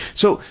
so,